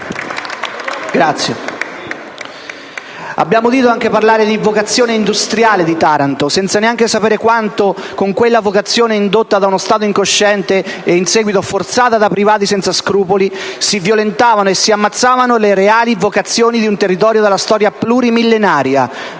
Abbiamo udito anche parlare di vocazione industriale di Taranto, senza neanche sapere quanto, con quella vocazione indotta da uno Stato incosciente e in seguito forzata da privati senza scrupoli, si violentavano e si ammazzavano le reali vocazioni di un territorio dalla storia plurimillenaria,